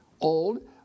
old